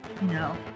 No